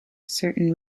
certain